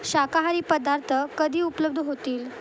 शाकाहारी पदार्थ कधी उपलब्ध होतील